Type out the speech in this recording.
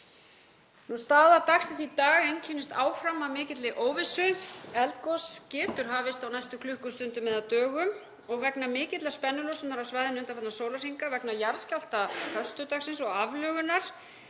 Staða dagsins í dag einkennist áfram af mikilli óvissu. Eldgos getur hafist á næstu klukkustundum eða dögum og vegna mikillar spennulosunar á svæðinu undanfarna sólarhringa vegna jarðskjálfta föstudagsins og aflögunar